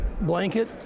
blanket